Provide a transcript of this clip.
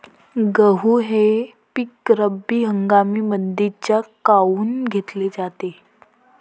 गहू हे पिक रब्बी हंगामामंदीच काऊन घेतले जाते?